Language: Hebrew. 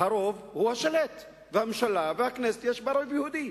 והרוב הוא השולט, ובממשלה ובכנסת יש רוב יהודי,